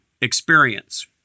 Experience